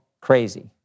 Crazy